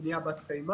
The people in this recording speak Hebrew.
בנייה בת קיימא.